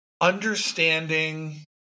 understanding